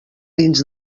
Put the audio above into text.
dins